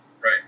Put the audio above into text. Right